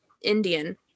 indian